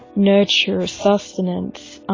nurture, sustenance